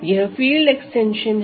यह field extension है